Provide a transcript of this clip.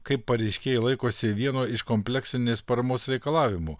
kaip pareiškėjai laikosi vieno iš kompleksinės paramos reikalavimų